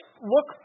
look